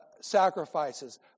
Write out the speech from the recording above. sacrifices